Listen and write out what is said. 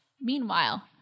meanwhile